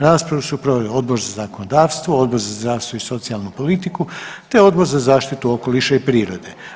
Raspravu su proveli Odbor za zakonodavstvo, Odbor za zdravstvo i socijalnu politiku te Odbor za zaštitu okoliša i prirode.